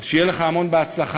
אז שיהיה לך המון בהצלחה.